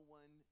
one